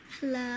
Hello